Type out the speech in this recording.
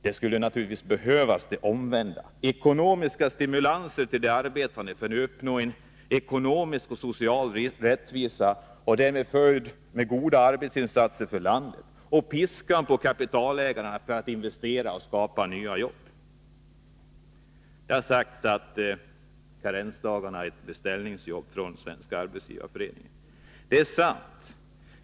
Det skulle naturligtvis behövas det omvända — ekonomiska stimulanser till de arbetande för att uppnå ekonomisk och social rättvisa och som en följd därav goda arbetsinsatser för landet, piskan på kapitalägarna för att investera och skapa nya jobb. Det har sagts att karensdagarna är ett beställningsjobb från Svenska arbetsgivareföreningen. Det är sant.